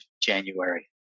January